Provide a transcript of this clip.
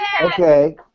Okay